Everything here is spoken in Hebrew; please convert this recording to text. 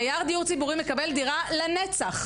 דייר דיור ציבורי מקבל דירה לנצח.